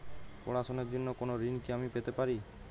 পড়াশোনা র জন্য কোনো ঋণ কি আমি পেতে পারি?